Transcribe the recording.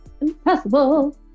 impossible